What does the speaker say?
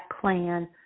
plan